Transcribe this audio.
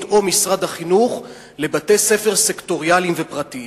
או משרד החינוך לבתי-ספר סקטוריאליים ופרטיים.